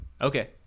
Okay